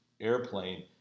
airplane